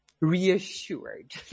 reassured